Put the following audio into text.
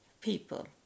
people